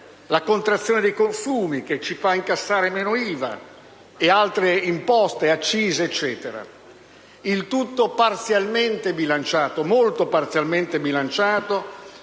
la contrazione dei consumi che ci fa incassare meno IVA, e altre imposte, accise e via dicendo. Il tutto è parzialmente bilanciato - molto parzialmente bilanciato